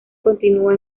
continúa